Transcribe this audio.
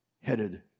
headed